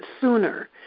sooner